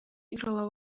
играла